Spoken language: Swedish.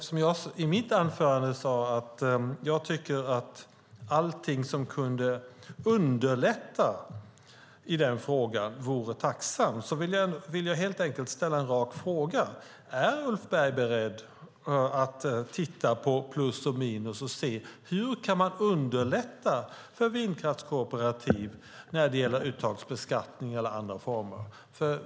Jag sade i mitt anförande att jag tycker att allting som kunde underlätta i den frågan vore tacksamt. Jag vill helt enkelt ställa en rak fråga: Är Ulf Berg beredd att titta på plus och minus och se hur man kan underlätta för vindkraftskooperativ när det gäller uttagsbeskattning eller andra former?